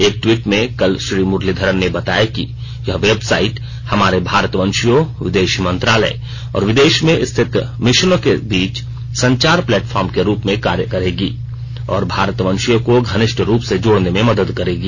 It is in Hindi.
एक टवीट में कल श्री मुरलीधरन ने बताया कि यह वेबसाइट हमारे भारतवंशियों विदेश मंत्रालय और विदेश में स्थित मिशनों के बीच संचार प्लेटफॉर्म के रूप में कार्य करेगी और भारतवंशियों को घनिष्ट रूप से जोड़ने में मदद करेगी